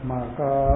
Maka